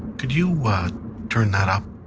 could you turn that up?